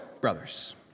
brothers